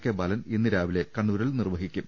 K Balan ഇന്ന് രാവിലെ കണ്ണൂരിൽ നിർവഹിക്കും